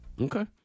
Okay